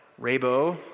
Raybo